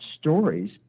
stories